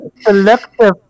selective